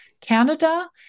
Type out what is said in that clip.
Canada